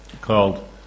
called